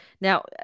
now